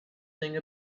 thing